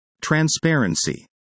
Transparency